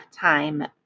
time